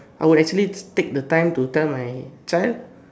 I would actually take the time to tell my child